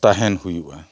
ᱛᱟᱦᱮᱱ ᱦᱩᱭᱩᱜᱼᱟ